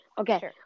Okay